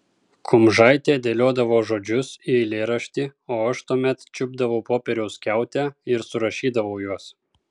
kumžaitė dėliodavo žodžius į eilėraštį o aš tuomet čiupdavau popieriaus skiautę ir surašydavau juos